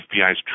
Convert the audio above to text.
FBI's